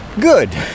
good